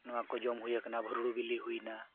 ᱱᱚᱣᱟ ᱠᱚ ᱡᱚᱢ ᱦᱩᱭ ᱟᱠᱟᱱᱟ ᱵᱷᱩᱰᱨᱩ ᱵᱤᱞᱤ ᱦᱩᱭᱱᱟ